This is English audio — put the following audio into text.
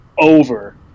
Over